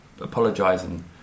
apologising